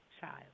child